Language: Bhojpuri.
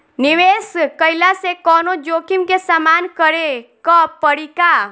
निवेश कईला से कौनो जोखिम के सामना करे क परि का?